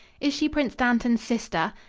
is she prince dantan's sister?